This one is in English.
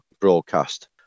broadcast